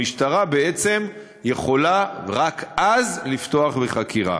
המשטרה בעצם יכולה רק אז לפתוח בחקירה.